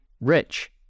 rich